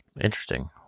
Interesting